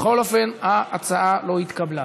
בכל אופן, ההצעה לא התקבלה.